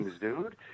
dude